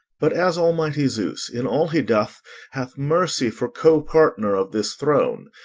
but as almighty zeus in all he doth hath mercy for co-partner of this throne,